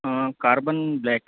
हाँ carbon black